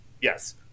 Yes